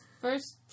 first